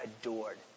adored